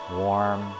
warm